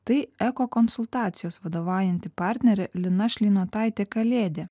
tai ekokonsultacijos vadovaujanti partnerė lina šleinotaitė kalėdė